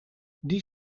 die